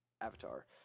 Avatar